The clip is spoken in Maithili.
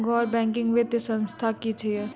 गैर बैंकिंग वित्तीय संस्था की छियै?